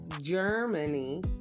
Germany